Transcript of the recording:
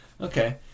okay